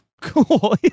Cool